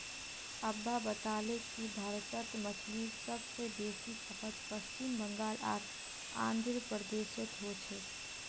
अब्बा बताले कि भारतत मछलीर सब स बेसी खपत पश्चिम बंगाल आर आंध्र प्रदेशोत हो छेक